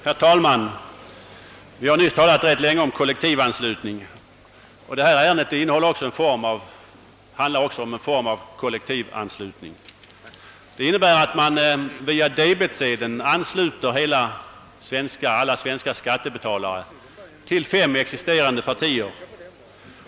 Herr talman! Vi har nyss ganska länge diskuterat kollektivanslutningen, och det ärende vi nu skall behandla rör också en form av kollektivanslutning, i så måtto att man via debetsedein ansluter alla svenska skattebetalare till fem existerande partier.